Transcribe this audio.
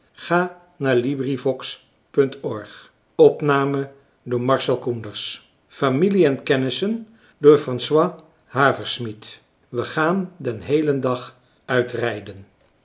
françois haverschmidt familie en kennissen we gaan den heelen dag uit rijden